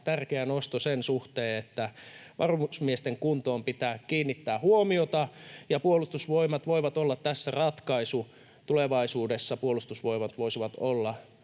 tärkeä nosto sen suhteen, että varusmiesten kuntoon pitää kiinnittää huomiota ja Puolustusvoimat voivat olla tässä ratkaisu. Tulevaisuudessa Puolustusvoimat voisi olla